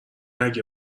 اگه